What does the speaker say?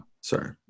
Sorry